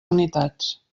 unitats